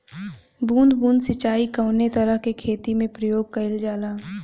बूंद बूंद सिंचाई कवने तरह के खेती में प्रयोग कइलजाला?